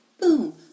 Boom